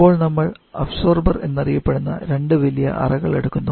ഇപ്പോൾ നമ്മൾ അബ്സോർബർ എന്നറിയപ്പെടുന്ന രണ്ട് വലിയ അറകൾ എടുക്കുന്നു